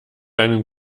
einen